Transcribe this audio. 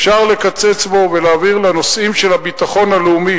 אפשר לקצץ בו ולהעביר לנושאים של הביטחון הלאומי,